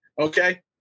okay